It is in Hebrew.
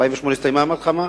ב-1948 הסתיימה המלחמה.